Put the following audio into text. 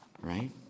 right